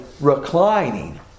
reclining